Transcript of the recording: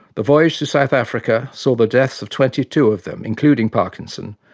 the voyage to south africa saw the deaths of twenty two of them including parkinson,